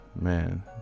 man